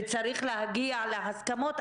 וצריך להגיע להסכמות.